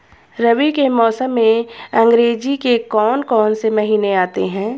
रबी के मौसम में अंग्रेज़ी के कौन कौनसे महीने आते हैं?